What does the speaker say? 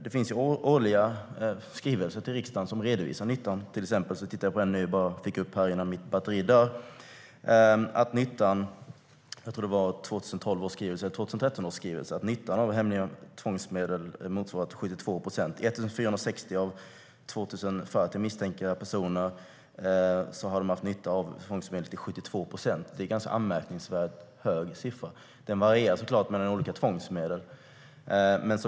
Det kommer årliga skrivelser från regeringen till riksdagen som redovisar nyttan. Jag har en skrivelse från 2012/13 framför mig där det framgår att nyttan av hemliga tvångsmedel motsvarar 72 procent. För 1 460 av 2 040 fall av misstänkta personer har man haft nytta av tvångsmedel. Det är 72 procent. Det är en anmärkningsvärt hög siffra, och den varierar såklart mellan olika tvångsmedel.